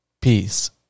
Peace